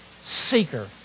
seeker